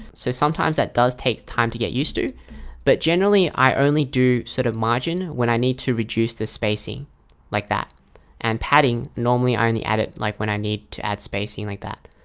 so sometimes that does take time to get used to but generally i only do sort of margin when i need to reduce the spacing like that and padding. normally i and only add it like when i need to add spacing like that.